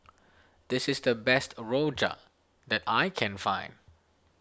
this is the best Rojak that I can find